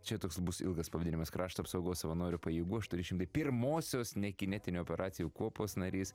čia toks bus ilgas pavadinimas krašto apsaugos savanorių pajėgų aštuoni šimtai pirmosios nekinetinių operacijų kuopos narys